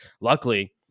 luckily